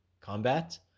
combat